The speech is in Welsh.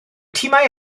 timau